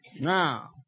Now